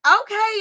Okay